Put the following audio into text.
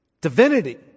Divinity